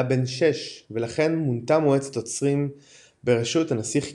היה בן 6 ולכן מונתה מועצת עוצרים בראשות הנסיך קיריל,